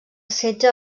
setge